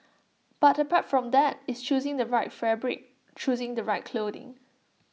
but apart from that it's choosing the right fabric choosing the right clothing